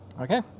Okay